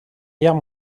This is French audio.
guerre